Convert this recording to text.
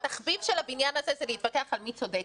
התחביב של המשרד הזה הוא להתווכח על מי צודק.